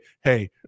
hey